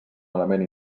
element